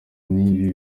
n’ibi